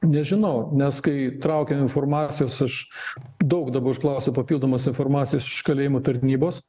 nežinau nes kai traukia informacijos aš daug dabar užklausiau papildomos informacijos iš kalėjimų tarnybos